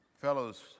fellows